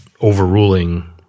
overruling –